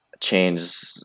change